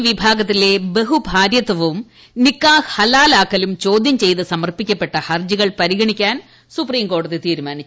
മുസ്ലീം വിഭാഗ്ത്തിലെ ബഹുഭാര്യത്വും നിക്കാഹ് ഹൂല്ലാക്കലും ചോദ്യം ചെയ്ത് സമർപ്പിക്കപ്പെട്ട് ്ഹർജികൾ പരിഗണിക്കാൻ സുപ്രീംകോടതി തീരുമാനിച്ചു